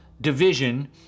division